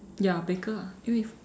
ya bigger ah anyway it's